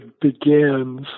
begins